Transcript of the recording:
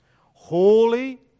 holy